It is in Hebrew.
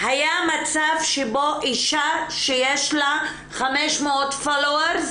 היה מצב שבו אישה שיש לה 500,000 פולואורס